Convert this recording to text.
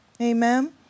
Amen